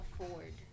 afford